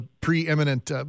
preeminent